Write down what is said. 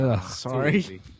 Sorry